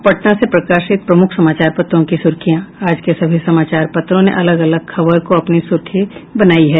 अब पटना से प्रकाशित प्रमुख समाचार पत्रों की सुर्खियां आज के सभी समाचार पत्रों ने अलग अलग खबर को अपनी प्रमुख सुर्खी बनायी है